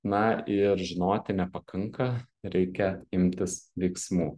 na ir žinoti nepakanka reikia imtis veiksmų